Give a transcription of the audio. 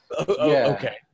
Okay